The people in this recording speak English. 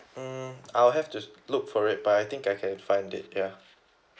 mm I will have to look for it but I think I can find it ya